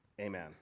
Amen